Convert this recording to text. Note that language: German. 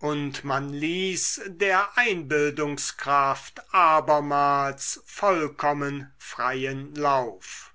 und man ließ der einbildungskraft abermals vollkommen freien lauf